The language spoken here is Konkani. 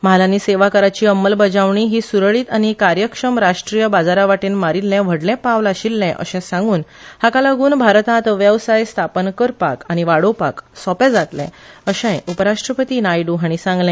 म्हाल आनी सेवा कराची अंमलबजावणी ही स्रळीत आनी कार्यक्षम राश्ट्रीय बाजारा वटेन मारील्ले व्हडले पावल आशिल्ले असे सांगून हाका लागून भारतात वेवसाय स्थापन करपाक आनी वाडोवपाक सोपो जातले अशेय उपराश्ट्रपती नायड् हांणी सांगले